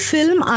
Film